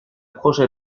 projet